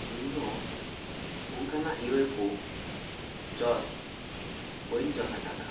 ᱤᱧ ᱫᱚ ᱚᱱᱠᱟᱱᱟᱜ ᱭᱩ ᱣᱮ ᱯᱚ ᱡᱚᱥ ᱵᱟᱹᱧ ᱡᱚᱥ ᱟᱠᱟᱫᱟ